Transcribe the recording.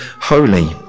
holy